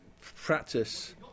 practice